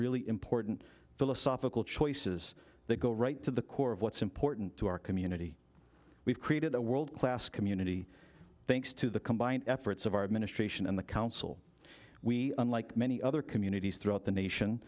really important philosophical choices that go right to the core of what's important to our community we've created a world class community thanks to the combined efforts of our administration and the council we unlike many other communities throughout the nation